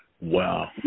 Wow